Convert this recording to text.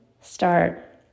start